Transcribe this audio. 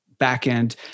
backend